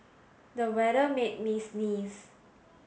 the weather made me sneeze